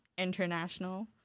international